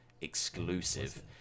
exclusive